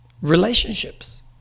relationships